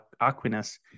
Aquinas